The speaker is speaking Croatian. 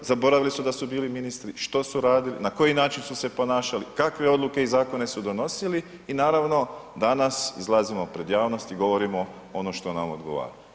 Zaboravili su da su bili ministri, što su radili, na koji način su se ponašali, kakve odluke i zakone su donosili i naravno, danas, izlazimo pred javnost i govorimo ono što nam odgovara.